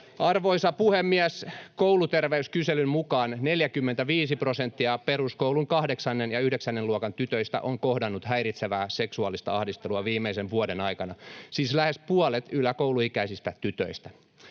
Arvoisa puhemies! Kouluterveyskyselyn mukaan 45 prosenttia peruskoulun kahdeksannen ja yhdeksännen luokan tytöistä on kohdannut häiritsevää seksuaalista ahdistelua [Jenna Simulan välihuuto] viimeisen vuoden aikana — siis lähes puolet yläkouluikäisistä tytöistä.